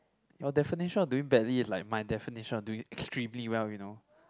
your definition of doing badly is like my definition on doing extremely well you know